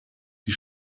die